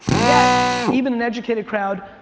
yet, even an educated crowd,